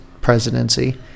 presidency